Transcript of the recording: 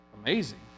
amazing